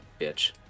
bitch